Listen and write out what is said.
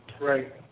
Right